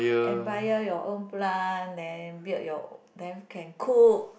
and buy your your own plant then build your then can cook